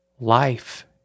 Life